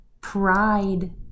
pride